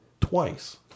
twice